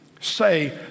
say